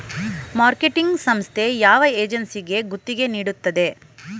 Marketing ಸಂಸ್ಥೆ ಯಾವ ಏಜೆನ್ಸಿಗೆ ಗುತ್ತಿಗೆ ನೀಡುತ್ತದೆ?